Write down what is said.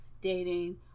dating